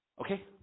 okay